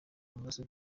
amaraso